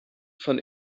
von